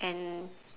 and